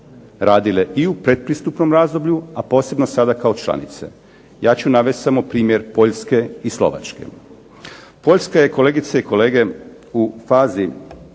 radile i u pretpristupnom razdoblju, a posebno sada kao članice. Ja ću navesti samo primjer Poljske i Slovačke. Poljska je kolegice i kolege u fazi